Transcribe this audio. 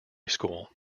school